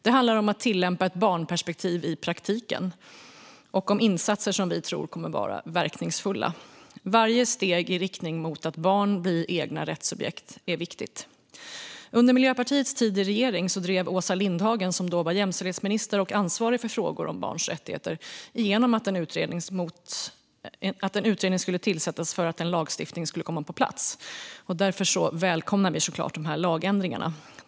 Det handlar om att tillämpa ett barnperspektiv i praktiken och om insatser som vi tror kommer att vara verkningsfulla. Varje steg i riktning mot att barn blir egna rättssubjekt är viktigt. Under Miljöpartiets tid i regering drev Åsa Lindhagen, så som då var jämställdhetsminister och ansvarig för frågor om barns rättigheter, igenom att en utredning skulle tillsättas för att en lagstiftning skulle komma på plats. Därför välkomnar vi såklart dessa lagändringar.